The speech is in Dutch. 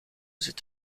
zit